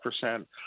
percent